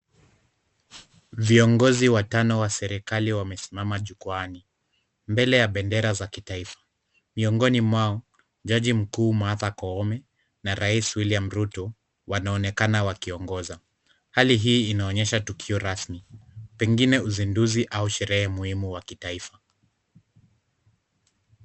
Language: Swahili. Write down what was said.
Viongozi watano wa serikali wamesimama jukwaani, mbele ya bendera za kitaifa. Miongoni mwao, jaji mkuu Martha Koome, na Rais William Ruto, wanaonekana wakiongoza. Hali hii inaonyesha tukio rasmi. Pengine uzinduzi au sherehe muhimu wa kitaifa.